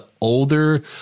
older